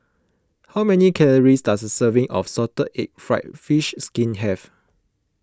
how many calories does a serving of Salted Egg Fried Fish Skin have